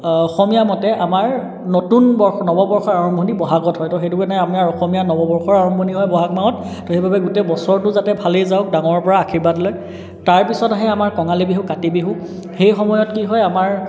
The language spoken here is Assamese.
অসমীয়া মতে আমাৰ নতুন ব নৱ বৰ্ষ আৰম্ভণি বহাগত ত' সেইটো কাৰণে আমাৰ অসমীয়া নৱ বৰ্ষৰ আৰম্ভণি হয় বহাগ মাহত ত' সেইবাবে গোটেই বছৰটো যাতে ভালে যাওক ডাঙৰৰ পৰা আশীৰ্বাদ লয় তাৰপিছত আহে আমাৰ কঙালী বিহু কাতি বিহু সেই সময়ত কি হয় আমাৰ